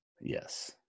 Yes